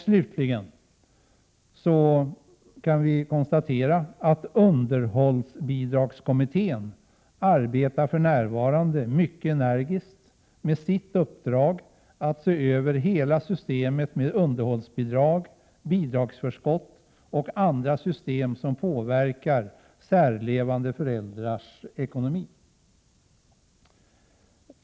Slutligen kan vi konstatera att underhållsbidragskommittén för närvarande arbetar mycket energiskt med sitt uppdrag att se över hela systemet med underhållsbidrag, bidrags förskott och andra system som påverkar särlevande föräldrars ekonomi.